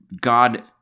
God